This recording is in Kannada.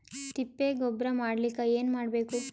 ತಿಪ್ಪೆ ಗೊಬ್ಬರ ಮಾಡಲಿಕ ಏನ್ ಮಾಡಬೇಕು?